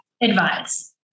advise